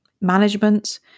management